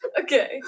Okay